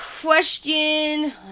Question